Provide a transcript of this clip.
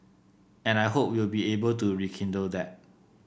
and I hope we'll be able to rekindle that